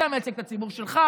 אתה מייצג את הציבור שלך.